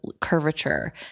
curvature